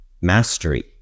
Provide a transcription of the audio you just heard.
Mastery